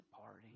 party